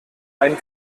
ein